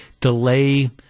delay